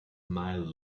mile